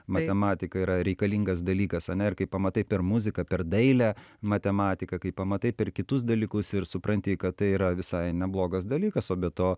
matematika yra reikalingas dalykas ane ir kai pamatai per muziką per dailę matematiką kai pamatai per kitus dalykus ir supranti kad tai yra visai neblogas dalykas o be to